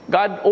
God